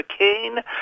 McCain